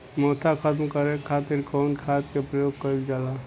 मोथा खत्म करे खातीर कउन खाद के प्रयोग कइल जाला?